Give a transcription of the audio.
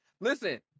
Listen